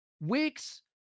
Weeks